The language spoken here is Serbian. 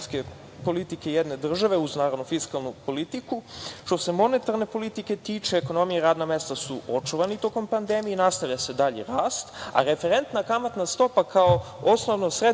jedne države, naravno uz fiskalnu politiku. Što se tiče monetarne politike, ekonomija i radna mesta su očuvani tokom pandemije i nastavlja se dalji rast, a referenta kamatna stopa kao osnovno sredstvo